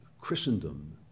Christendom